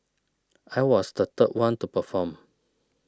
I was the third one to perform